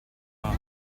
mars